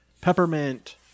peppermint